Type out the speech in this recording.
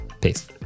Peace